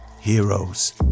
Heroes